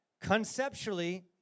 Conceptually